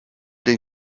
den